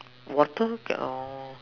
water or